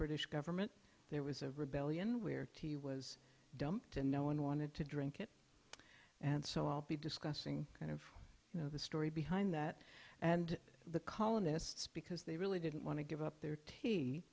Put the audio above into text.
british government there was a rebellion where he was dumped and no one wanted to drink it and so i'll be discussing kind of you know the story behind that and the colonists because they really didn't want to give up their he